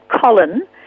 Colin